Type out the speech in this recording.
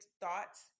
thoughts